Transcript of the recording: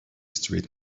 street